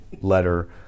letter